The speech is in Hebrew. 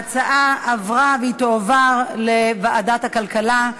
ההצעה עברה, והיא תועבר לוועדת הכלכלה.